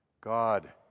God